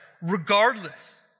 regardless